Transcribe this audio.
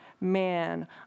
man